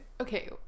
okay